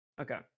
Okay